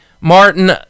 Martin